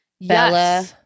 Bella